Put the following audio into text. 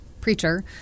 preacher